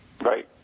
Right